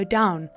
down